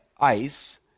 ice